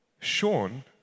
Sean